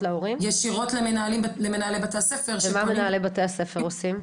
ישירות למנהלי בתי הספר שפונים -- ומה מנהלי בתי הספר עושים?